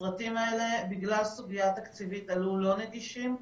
הסרטים האלה, בגלל סוגיה תקציבית, עלו לא נגישים.